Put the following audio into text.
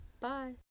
Bye